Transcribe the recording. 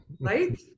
right